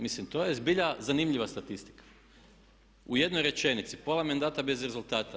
Mislim to je zbilja zanimljiva statistika, u jednoj rečenici, pola mandata bez rezultata.